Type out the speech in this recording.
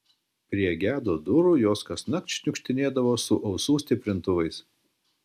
prie gedo durų jos kasnakt šniukštinėdavo su ausų stiprintuvais